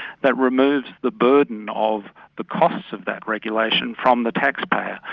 that removes the burden of the costs of that regulation from the tax payer.